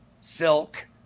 Silk